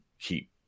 keep